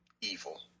evil